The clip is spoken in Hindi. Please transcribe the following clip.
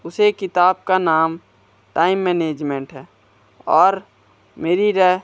उस एक किताब का नाम टाइम मैनेजमेंट है और मेरी राय